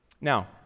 Now